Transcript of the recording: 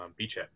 beachhead